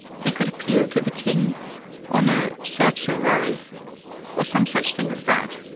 he could appeal to the king on a certiorari or some such thing as that.